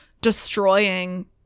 destroying